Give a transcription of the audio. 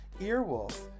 earwolf